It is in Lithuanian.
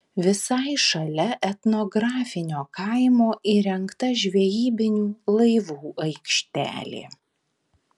visai šalia etnografinio kaimo įrengta žvejybinių laivų aikštelė